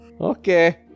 Okay